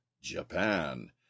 Japan